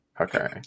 Okay